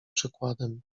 przykładem